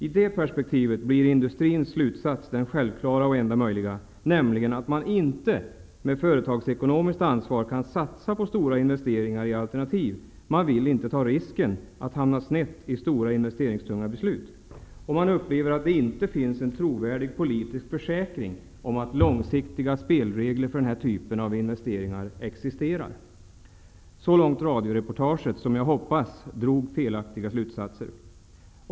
I det perspektivet blir industrins slutsats den självklara och enda möjliga, nämligen att man inte med företagsekonomiskt ansvar kan satsa på stora investeringar i alternativ. Man vill inte ta risken att hamna snett i stora investeringstunga beslut. Industrin upplever att det inte finns en trovärdig politisk försäkring om att långsiktiga spelregler för den här typen av investeringar existerar. Så långt radioreportaget, där jag hoppas att man drog felaktiga slutsatser.